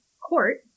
court